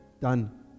Done